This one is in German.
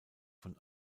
von